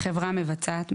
"חברה מבצעת",